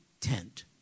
tent